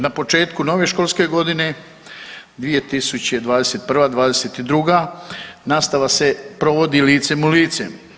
Na početku nove školske godine 2021. – 22. nastava se provodi licem u lice.